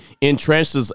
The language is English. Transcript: entrenched